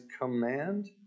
command